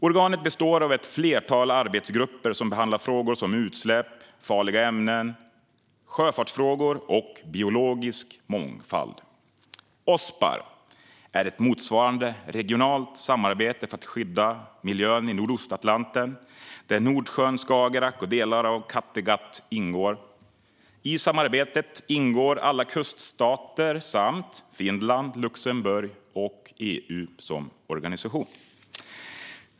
Organet består av ett flertal arbetsgrupper som behandlar frågor som utsläpp, farliga ämnen, sjöfartsfrågor och biologisk mångfald. Ospar är ett motsvarande regionalt samarbete för att skydda miljön i Nordostatlanten, där Nordsjön, Skagerrak och delar av Kattegatt ingår. I samarbetet ingår alla kuststater samt Finland, Luxemburg och EU som organisation.